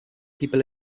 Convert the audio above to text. people